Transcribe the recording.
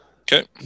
Okay